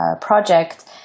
project